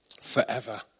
Forever